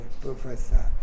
professor